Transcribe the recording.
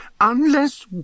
Unless